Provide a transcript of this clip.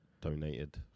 donated